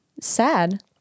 sad